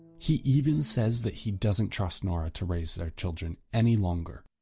he even says that he doesn't trust nora to raise their children any longer.